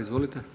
Izvolite.